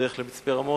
בדרך למצפה-רמון,